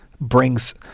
brings